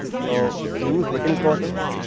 so, use brittle coatings